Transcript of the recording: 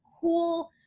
cool